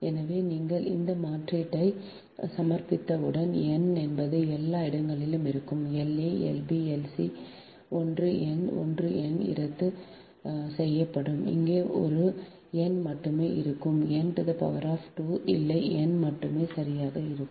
எனவே நீங்கள் இங்கே மாற்றீட்டைச் சமர்ப்பித்தவுடன் n என்பது எல்லா இடங்களிலும் இருக்கும் La Lb Lc ஒன்று n ஒன்று n இரத்து செய்யப்படும் இங்கே ஒரு n மட்டுமே இருக்கும் n 2 இல்லை n மட்டும் சரியாக இருக்கும்